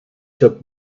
took